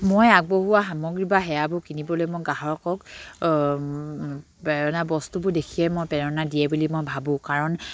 মই আগবঢ়োৱা সামগ্ৰী বা সেৱাবোৰ কিনিবলৈ মই গ্ৰাহকক প্ৰেৰণা বস্তুবোৰ দেখিয়ে মই প্ৰেৰণা দিয়ে বুলি মই ভাবোঁ কাৰণ